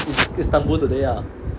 it's istanbul today ah